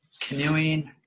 canoeing